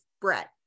brett